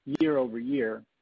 year-over-year